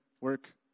work